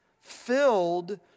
filled